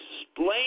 Explain